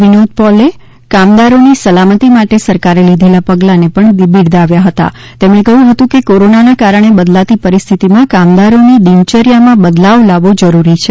વિનોદ પૌલે કામદારોની સલામતી માટે સરકારે લીધેલા પગલાને બિરદાવ્યા હતા અને કહ્યું હતું કે કોરોનાના કારણે બદલાતી પરિસ્થિતિમાં કામદારોની દિનચર્યામાં બદલાવ લાવવો જરૂરી છે